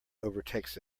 overtakes